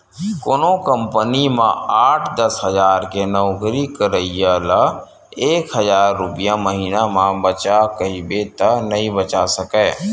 कोनो कंपनी म आठ, दस हजार के नउकरी करइया ल एक हजार रूपिया महिना म बचा कहिबे त नइ बचा सकय